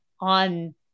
on